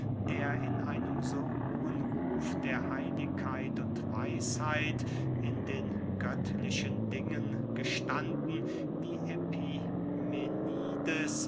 der in einem so hohen ruf der heiligkeit und weisheit in den göttlichen dingen gestanden wie